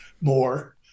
more